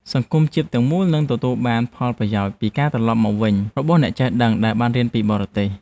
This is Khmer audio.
សង្គមជាតិទាំងមូលនឹងទទួលបានផលប្រយោជន៍ពីការត្រឡប់មកវិញរបស់អ្នកចេះដឹងដែលបានរៀនពីបរទេស។